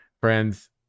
friends